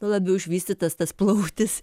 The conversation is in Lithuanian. labiau išvystytas tas plautis